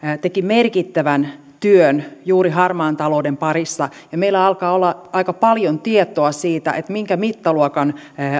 teki merkittävän työn juuri harmaan talouden parissa meillä alkaa olla aika paljon tietoa siitä minkä mittaluokan